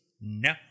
No